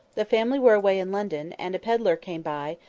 the family were away in london, and a pedlar came by,